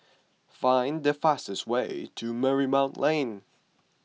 find the fastest way to Marymount Lane